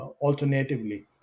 alternatively